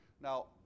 Now